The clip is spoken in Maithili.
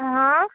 हँ